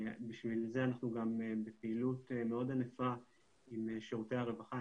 בשביל זה אנחנו גם בפעילות מאוד ענפה עם שירותי הרווחה.